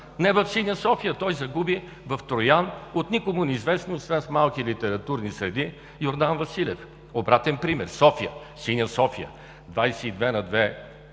не в синя София, той загуби в Троян от никому неизвестния, освен в малки литературни среди, Йордан Василев. Обратен пример в София, синя София: с 22 на 2